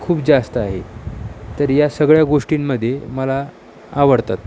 खूप जास्त आहे तर या सगळ्या गोष्टींमध्ये मला आवडतात